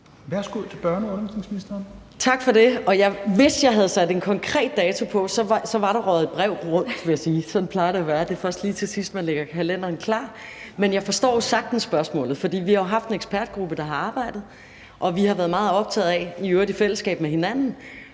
(Pernille Rosenkrantz-Theil): Tak for det. Hvis jeg havde sat en konkret dato på, var der røget et brev rundt, vil jeg sige. Sådan plejer det at være – det er først lige til sidst, man lægger kalenderen klar. Men jeg forstår sagtens spørgsmålet, for vi har jo haft en ekspertgruppe, der har arbejdet, og vi har været meget optaget af – i øvrigt i fællesskab med hinanden